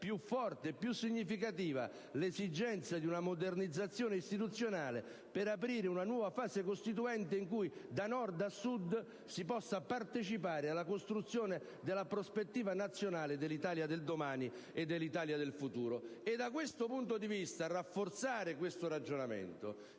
più forte e più significativa l'esigenza di una modernizzazione istituzionale per aprire una nuova fase costituente in cui, da Nord a Sud, si possa partecipare alla costruzione della prospettiva nazionale dell'Italia del domani e dell'Italia del futuro. Dal punto di vista della necessità di rafforzare questo ragionamento,